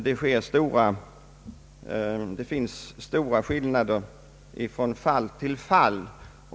Det förekommer stora skillnader från fall till fall.